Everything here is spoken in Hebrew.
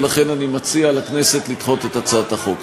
ולכן אני מציע לכנסת לדחות את הצעת החוק.